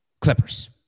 Clippers